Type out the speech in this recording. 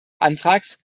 antrags